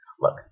Look